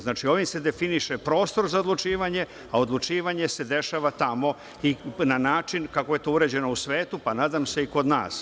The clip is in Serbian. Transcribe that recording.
Znači, ovim se definiše prostor za odlučivanja, a odlučivanje se dešava tamo i na način kako je to uređeno u svetu, pa nadam se i kod nas.